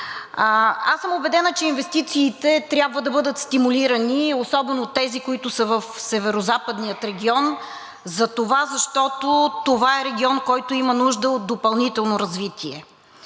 Аз съм убедена, че инвестициите трябва да бъдат стимулирани, особено тези, които са в Северозападния регион, затова защото това е регион, който има нужда от допълнително развитие.